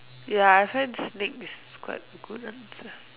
ya I find snakes is quite a good answer